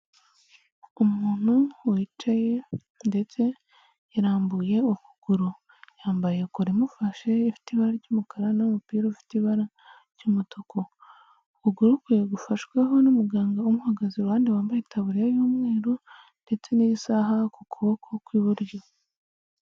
Umuntu wicaye ndetse yarambuye ukuguru, yambaye kola imufashe, ifite ibara ry'umukara n'umupira ufite ibara ry'umutuku, ukuguru kwe ya gufashweho n'umuganga umuhagaze iruhande, wambaye taburiya y'umweru ndetse n'isaha ku kuboko kw'iburyo.